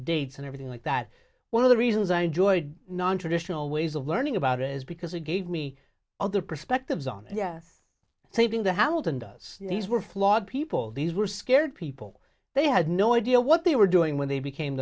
deeds and everything like that one of the reasons i enjoyed nontraditional ways of learning about it is because it gave me other perspectives on yes saving the how often does these were flawed people these were scared people they had no idea what they were doing when they became